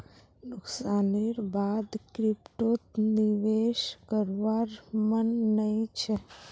नुकसानेर बा द क्रिप्टोत निवेश करवार मन नइ छ